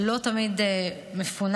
שלא תמיד מפונה,